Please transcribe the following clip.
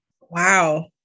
Wow